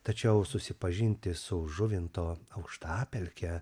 tačiau susipažinti su žuvinto aukštapelke